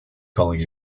calling